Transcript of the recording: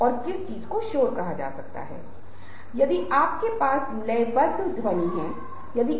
अब मैं इस व्यक्ति को अपने किस्सों के बारे में बताने के लिए अधीर हूं